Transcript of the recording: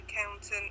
accountant